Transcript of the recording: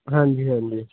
ਹਾਂਜੀ ਹਾਂਜੀ